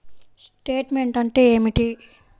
Statement అంటే ఏమిటి?